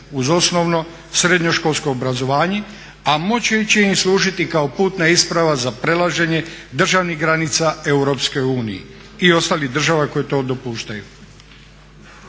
uz osnovno, srednjoškolsko obrazovanje, a moći će im služiti kao putna isprava za prelaženje državnih granica EU i ostalih država koje to dopuštaju.